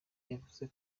yavuze